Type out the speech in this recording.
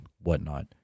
whatnot